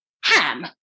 ham